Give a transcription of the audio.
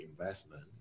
investment